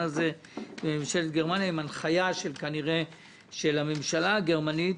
הזה בממשלת גרמניה עם הנחיה של הממשלה הגרמנית,